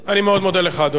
אני מאוד מודה לך, אדוני.